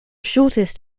shortest